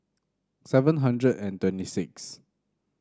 seven hundred and twenty sixth